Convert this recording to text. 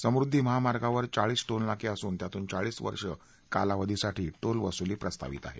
समुद्वी महामार्गावर चाळीस टोलनाके असून त्यातून चाळीस वर्ष कालावधीसाठी टोलवसूली प्रस्तावित आहे